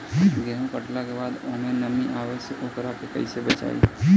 गेंहू कटला के बाद ओमे नमी आवे से ओकरा के कैसे बचाई?